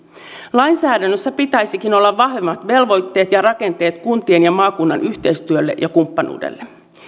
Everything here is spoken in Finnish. lainsäädännössä pitäisikin olla vahvemmat velvoitteet ja rakenteet kuntien ja maakunnan yhteistyölle ja kumppanuudelle